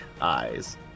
eyes